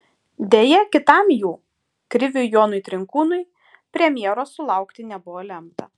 deja kitam jų kriviui jonui trinkūnui premjeros sulaukti nebuvo lemta